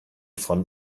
von